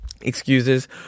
excuses